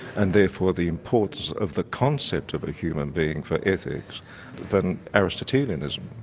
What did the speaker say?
and therefore the importance of the concept of a human being for ethics than aristotleianism.